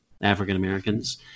African-Americans